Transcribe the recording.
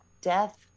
death